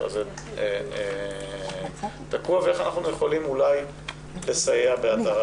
הזה תקוע ולראות איך אנחנו יכולים אולי לסייע בהתרת